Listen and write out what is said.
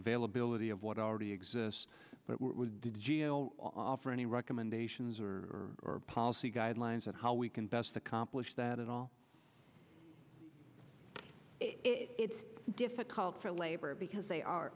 availability of what already exists but did offer any recommendations or policy guidelines that how we can best accomplish that at all it's difficult for labor because they are